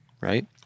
right